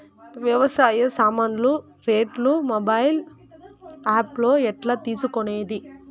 వ్యవసాయ సామాన్లు రేట్లు మొబైల్ ఆప్ లో ఎట్లా తెలుసుకునేది?